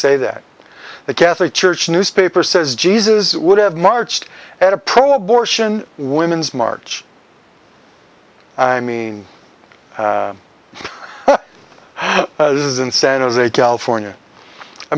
say that the catholic church newspaper says jesus would have marched at a pro abortion women's march i mean is in san jose california i